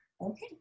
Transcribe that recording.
Okay